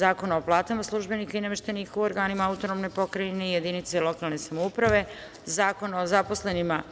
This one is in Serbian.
Zakona o plata službenika i nameštenika u organima AP i jedinice lokalne samouprave, Zakon o zaposlenima